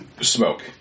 smoke